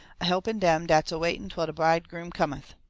a-helpin' dem dat's a-waitin' twell de bridegroom com eth!